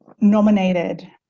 nominated